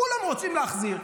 כולם רוצים להחזיר,